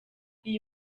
iyi